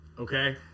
Okay